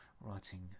writing